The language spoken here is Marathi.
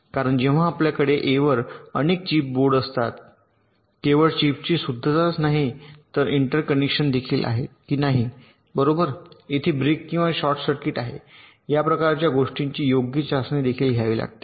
कारण जेव्हा आपल्याकडे ए वर अनेक चीप बोर्ड असतात केवळ चिप्सची शुद्धताच नाही तर इंटरकनेक्सेस देखील आहेत की नाही बरोबर येथे ब्रेक किंवा शॉर्ट सर्किट आहे या प्रकारच्या गोष्टींची योग्य चाचणी देखील घ्यावी लागते